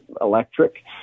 electric